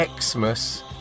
Xmas